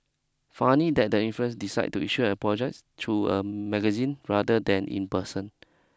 funny that the influence decide to issue an apologise through a magazine rather than in person